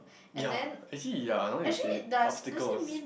ya actually ya now you say it obstacles